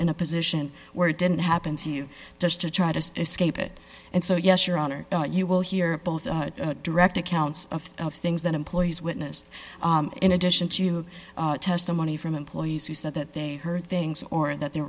in a position where it didn't happen to you just to try to escape it and so yes your honor you will hear both direct accounts of things that employees witnessed in addition to testimony from employees who said that they heard things or that there